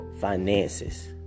finances